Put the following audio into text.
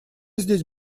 здесь